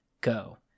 go